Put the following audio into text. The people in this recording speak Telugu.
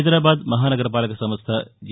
హైదరాబాద్ మహానగరపాలక సంస్ట జి